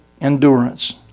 endurance